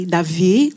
Davi